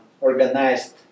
organized